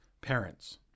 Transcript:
parents